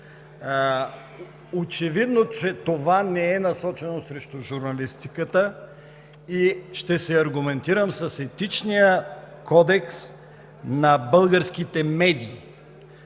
Очевидно е, че това не е насочено срещу журналистиката и ще се аргументирам с Етичния кодекс на българските медии.